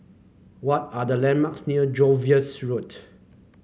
what are the landmarks near Jervois Road